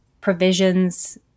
provisions